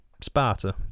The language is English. Sparta